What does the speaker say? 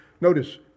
Notice